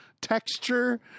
texture